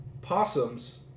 Possums